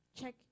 Check